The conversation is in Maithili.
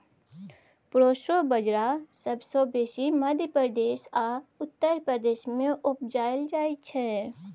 प्रोसो बजरा सबसँ बेसी मध्य प्रदेश आ उत्तर प्रदेश मे उपजाएल जाइ छै